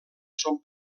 són